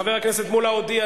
חברת הכנסת אדטו,